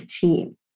team